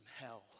hell